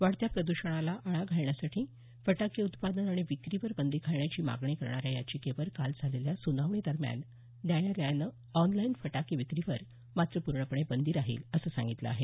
वाढत्या प्रदृषणाला आळा घालण्यासाठी फटाके उत्पादन आणि विक्रीवर बंदी घालण्याची मागणी करणाऱ्या याचिकेवर काल झालेल्या सुनावणीदरम्यान न्यायालयानं ऑनलाईन फटाके विक्रीवर मात्र पूर्णपणे बंदी राहील असं सांगितलं आहे